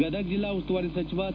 ಗದಗ ಜಿಲ್ಲಾ ಉಸ್ತುವಾರಿ ಸಚಿವ ಸಿ